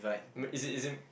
m~ is it is it